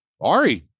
Ari